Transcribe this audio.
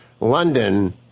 London